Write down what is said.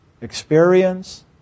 experience